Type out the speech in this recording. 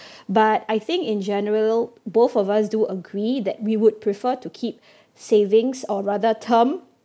but I think in general both of us do agree that we would prefer to keep savings or rather term